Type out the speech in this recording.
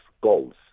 goals